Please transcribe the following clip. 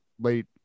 late